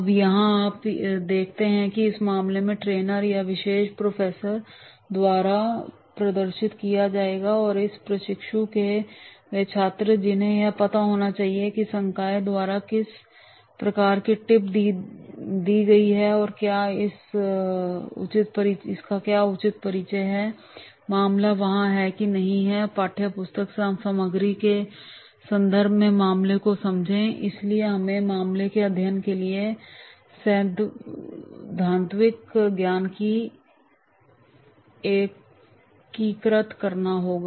अब यहाँ आप देखते हैं कि इस मामले को ट्रेनर या विशेष प्रोफेसर द्वारा प्रदर्शित किया जाएगा और इसलिए प्रशिक्षु वे छात्र हैं जिन्हें यह पता होना चाहिए कि संकाय द्वारा किस प्रकार की टिप दी गई है और क्या इसका उचित परिचय है मामला वहाँ है या नहीं और पाठ्यपुस्तक से सामग्री के संदर्भ में मामले को समझें इसलिए हमें मामले के अध्ययन के साथ सैद्धांतिक ज्ञान को एकीकृत करना होगा